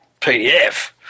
PDF